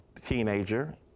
teenager